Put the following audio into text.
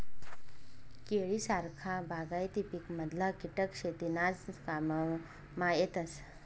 केळी सारखा बागायती पिकमधला किटक शेतीनाज काममा येतस